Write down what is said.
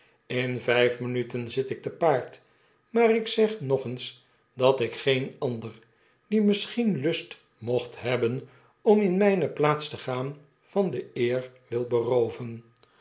in vijf minuten zit ik te paard maar ik zeg nog eens dat ik geen ander die misschien lust mocht hebben om in mjjne plaats te gaan van deeerwilberooven